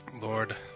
Lord